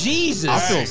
Jesus